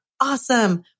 awesome